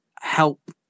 help